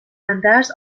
اندرز